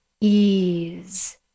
ease